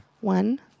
One